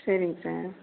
சரிங் சார்